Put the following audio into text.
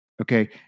Okay